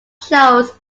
shows